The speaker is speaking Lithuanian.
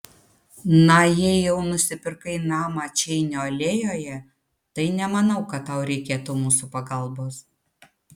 na jei jau nusipirkai namą čeinio alėjoje tai nemanau kad tau reikėtų mūsų pagalbos